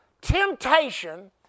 temptation